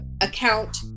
account